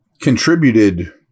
contributed